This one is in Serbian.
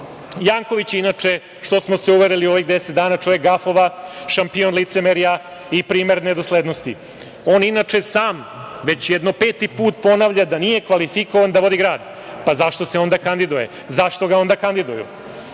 Janković je inače, što smo se uverili u ovih 10 dana, čovek gafova, šampion licemerja i primer nedoslednosti. On, inače, sam već jedno peti put ponavlja da nije kvalifikovan da vodi grad. Pa, zašto se onda kandiduje? Zašto ga onda kandiduju? Da